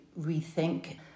rethink